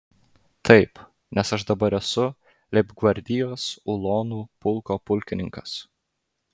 taip nes aš dabar esu leibgvardijos ulonų pulko pulkininkas